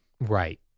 Right